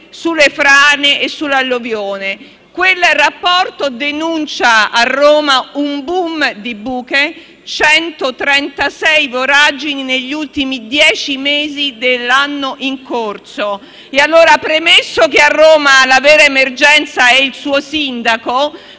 sulle frane e sulle alluvioni. Il rapporto denuncia a Roma un *boom* di buche; 136 voragini negli ultimi dieci mesi dell'anno in corso. Premesso che a Roma la vera emergenza è il suo sindaco,